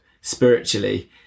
spiritually